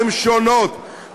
הן שונות,